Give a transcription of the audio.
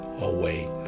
away